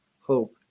hope